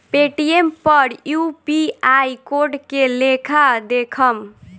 Paytm पर UPI code के लेखा देखम?